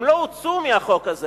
הם לא הוצאו מהחוק הזה.